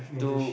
do